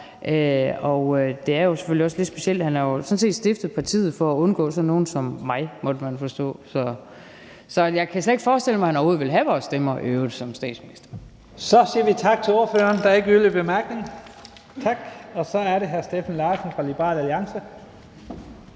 og det er jo selvfølgelig også lidt specielt. For han har jo sådan set stiftet sit parti for at undgå sådan nogle som mig, måtte man forstå. Så jeg kan i øvrigt slet ikke forestille mig, at han overhovedet vil have vores stemmer som statsminister. Kl. 11:37 Første næstformand (Leif Lahn Jensen): Så siger vi tak til ordføreren. Der er ikke yderligere bemærkninger. Så er det hr. Steffen Larsen fra Liberal Alliance.